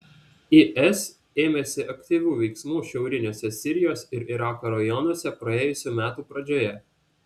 is ėmėsi aktyvių veiksmų šiauriniuose sirijos ir irako rajonuose praėjusių metų pradžioje